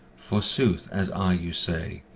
for sooth as i you say,